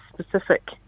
specific